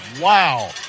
Wow